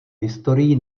historii